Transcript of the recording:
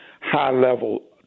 high-level